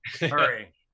Hurry